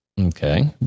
Okay